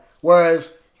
whereas